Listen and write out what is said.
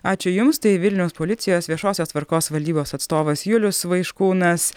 ačiū jums tai vilniaus policijos viešosios tvarkos valdybos atstovas julius vaiškūnas